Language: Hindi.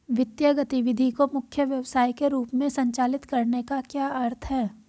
वित्तीय गतिविधि को मुख्य व्यवसाय के रूप में संचालित करने का क्या अर्थ है?